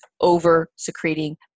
over-secreting